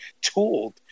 tooled